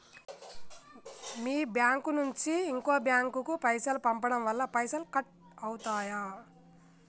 మీ bank నుంచి ఇంకో bank కు పైసలు పంపడం వల్ల పైసలు కట్ అవుతయా?